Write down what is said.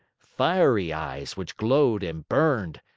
fiery eyes which glowed and burned,